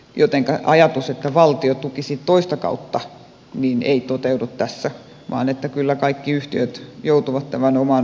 jotenka ajatus että valtio tukisi toista kautta ei toteudu tässä vaan kyllä kaikki yhtiöt joutuvat tämän oman osansa maksamaan